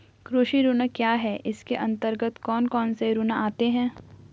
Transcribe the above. कृषि ऋण क्या है इसके अन्तर्गत कौन कौनसे ऋण आते हैं?